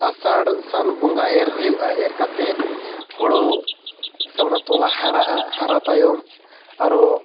ᱟᱥᱟᱲ ᱥᱟᱱ ᱵᱚᱸᱜᱟ ᱮᱨ ᱦᱩᱭᱩᱜᱼᱟ ᱮᱨ ᱠᱟᱛᱮᱫ ᱦᱳᱲᱳ ᱥᱮ ᱚᱱᱟ ᱛᱚᱞᱟ ᱦᱟᱨᱟᱜᱼᱟ ᱦᱟᱨᱟ ᱛᱟᱭᱚᱢ ᱟᱨᱚ